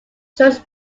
george